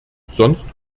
sonst